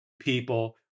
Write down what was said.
people